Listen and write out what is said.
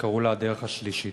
שקראו לה הדרך השלישית.